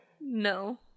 No